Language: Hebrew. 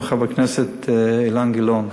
עם חבר הכנסת אילן גילאון.